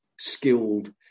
skilled